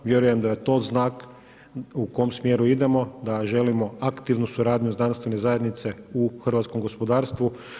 Vjerujem da je to znak u kojem smjeru idemo, da želimo aktivnu suradnju znanstvene zajednice u hrvatskom gospodarstvu.